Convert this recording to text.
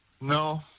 No